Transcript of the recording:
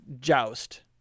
Joust